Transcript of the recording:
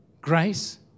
grace